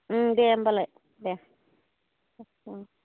दे होम्बालाय देह